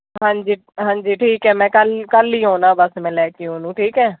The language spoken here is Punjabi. ਹਾਂਜੀ ਹਾਂਜੀ ਠੀਕ ਹੈ ਮੈਂ ਕੱਲ੍ਹ ਕੱਲ੍ਹ ਹੀ ਆਉਂਦਾ ਬਸ ਮੈਂ ਲੈ ਕੇ ਉਹਨੂੰ ਠੀਕ ਹੈ